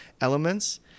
elements